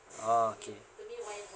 orh okay